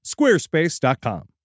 squarespace.com